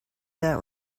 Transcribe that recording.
that